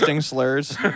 slurs